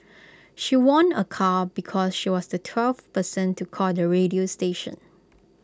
she won A car because she was the twelfth person to call the radio station